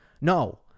No